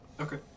Okay